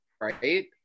right